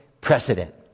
precedent